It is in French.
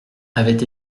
avaient